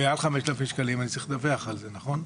מעל 5,000 שקלים אני צריך לדווח על זה, נכון?